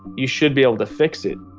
you should be able to fix it.